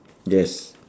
yes